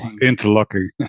interlocking